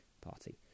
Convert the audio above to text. party